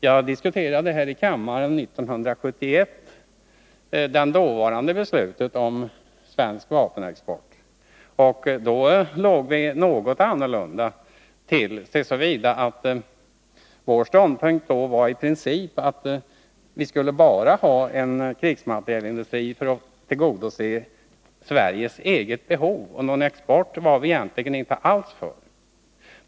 Jag diskuterade här i kammären 1971 beslutet då om svensk vapenexport. Vi hade en något annan uppfattning då, så till vida att vår ståndpunkt i princip var att vi skulle ha en krigsmaterielindustri bara för att tillgodose Sveriges eget behov — någon export var vi egentligen inte alls för.